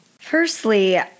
Firstly